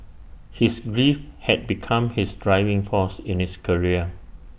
his grief had become his driving force in his career